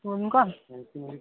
हो का